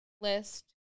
list